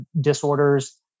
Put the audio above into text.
disorders